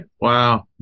wow